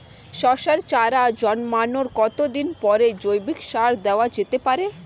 শশার চারা জন্মানোর কতদিন পরে জৈবিক সার দেওয়া যেতে পারে?